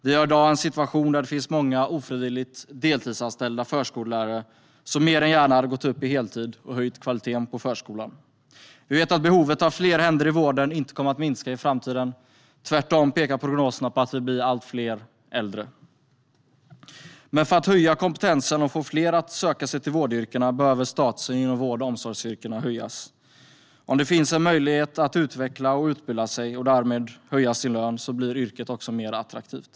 Vi har i dag en situation där det finns många ofrivilligt deltidsanställda förskollärare som mer än gärna hade gått upp till heltid och höjt kvaliteten på förskolan. Vi vet att behovet av fler händer i vården inte kommer att minska i framtiden; tvärtom pekar prognoserna på att vi blir allt fler äldre. Men för att höja kompetensen och få fler att söka sig till vård och omsorgsyrkena behöver statusen för dessa yrken höjas. Om det finns en möjlighet att utvecklas och utbilda sig och därmed höja sin lön blir yrket också mer attraktivt.